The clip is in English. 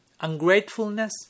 ungratefulness